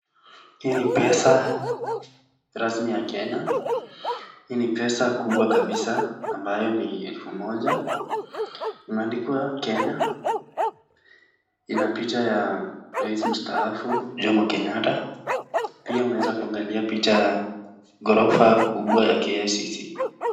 Hiii ni pesa rasmi ya Kenya, hii ni pesa kubwa kabisa ambayo ni elfu moja. Imeandikwa Kenya. Inapicha ya rais mstaafu Jomo Kenyatta. Pia unaeza kuangalia picha ya gorofa kubwa ya KICC.